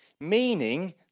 meaning